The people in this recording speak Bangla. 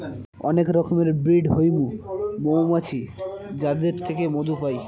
অনেক রকমের ব্রিড হৈমু মৌমাছির যাদের থেকে মধু পাই